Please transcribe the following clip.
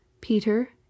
peter